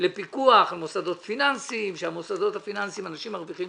לפיקוח על מוסדות פיננסיים שבהם אנשים מרוויחים